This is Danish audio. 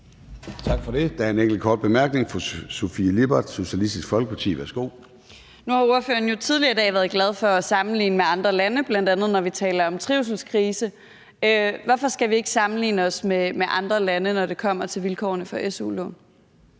Tak for det. Der er en enkelt kort bemærkning. Fru Sofie Lippert, Socialistisk Folkeparti. Værsgo. Kl. 19:44 Sofie Lippert (SF): Nu har ordføreren jo tidligere i dag været glad for at sammenligne med andre lande, bl.a. når vi taler om trivselskrise. Hvorfor skal vi ikke sammenligne os med andre lande, når det kommer til vilkårene for su-lån?